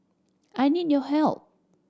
I need your help